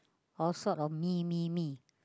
all sort of mee mee mee